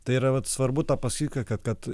tai yra vat svarbu tą pasakyt ka kad